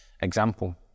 example